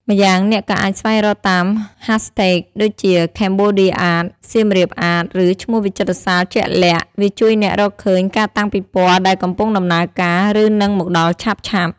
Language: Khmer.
ម្យ៉ាងអ្នកក៏អាចស្វែងរកតាម ហាសថេក ដូចជាខេមបូឌៀអាត សៀមរាបអាត ឬឈ្មោះវិចិត្រសាលជាក់លាក់ វាជួយអ្នករកឃើញការតាំងពិពណ៌ដែលកំពុងដំណើរការ ឬនឹងមកដល់ឆាប់ៗ។